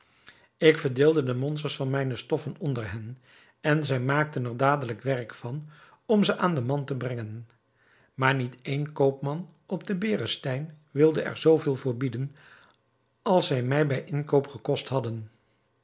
ik verdeelde de monsters van mijne stoffen onder hen en zij maakten er dadelijk werk van om ze aan den man te brengen maar niet één koopman op den berestein wilde er zoo veel voor bieden als zij mij bij inkoop gekost hadden